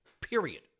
period